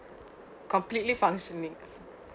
completely functioning